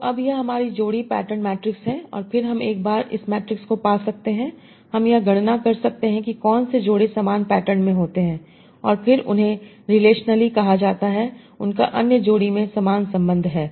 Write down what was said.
तो अब यह हमारी जोड़ी पैटर्न मैट्रिक्स है और फिर हम एक बार इस मैट्रिक्स को पा सकते हैं हम यह गणना कर सकते हैं कि कौन से जोड़े समान पैटर्न में होते हैं और फिर उन्हें रिलेशनली कहा जाता है उनका अन्य जोड़ी में समान संबंध है